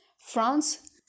France